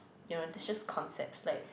you know it's just concepts like